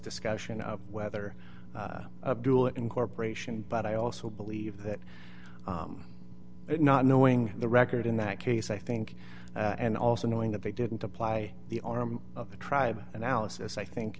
discussion of whether dual incorporation but i also believe that not knowing the record in that case i think and also knowing that they didn't apply the arm of the tribe analysis i think